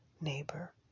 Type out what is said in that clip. neighbor